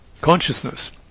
consciousness